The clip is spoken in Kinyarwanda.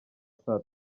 saa